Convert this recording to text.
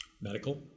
medical